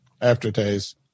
aftertaste